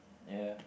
ya